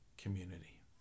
community